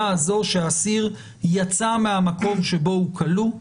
הזאת שהאסיר יצא מהמקום שבו הוא כלוא,